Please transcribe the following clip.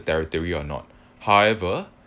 there are theory or not however